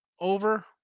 Over